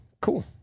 cool